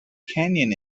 canyon